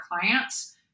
clients